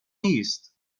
نیست